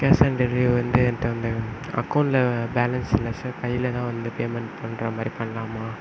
cash on delivery வந்து என்கிட்ட வந்து அக்கவுண்ட்டில் பேலன்ஸ் இல்லை சார் கையிலதான் வந்து பேமெண்ட் பண்ணுற மாதிரி பண்ணலாமா